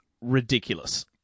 ridiculous